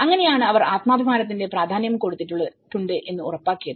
അങ്ങനെയാണ് അവർ ആത്മാഭിമാനത്തിന് പ്രാധാന്യം കൊടുത്തിട്ടുണ്ട് എന്ന് ഉറപ്പാക്കിയത്